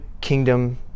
kingdom